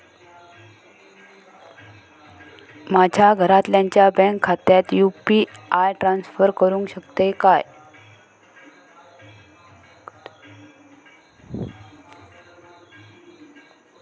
माझ्या घरातल्याच्या बँक खात्यात यू.पी.आय ट्रान्स्फर करुक शकतय काय?